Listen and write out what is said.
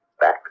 Back